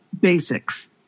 basics